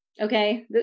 Okay